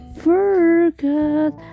forget